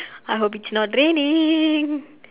I hope it's not raining